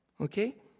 Okay